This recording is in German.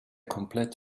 komplett